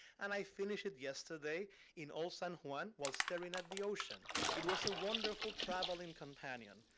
and i finished it yesterday in old san juan while staring at the ocean. it was a wonderful traveling companion.